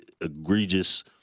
egregious